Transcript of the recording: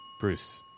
Bruce